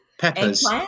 Peppers